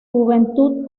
juventud